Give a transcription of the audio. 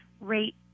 rate